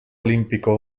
olímpico